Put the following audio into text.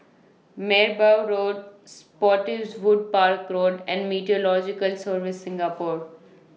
Merbau Road Spottiswoode Park Road and Meteorological Services Singapore